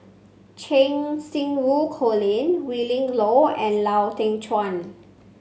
Cheng Xinru Colin Willin Low and Lau Teng Chuan